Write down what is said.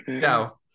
Ciao